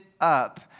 up